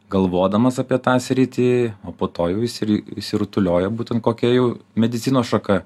galvodamas apie tą sritį o po to jau išsi išsirutuliojo būtent kokia jau medicinos šaka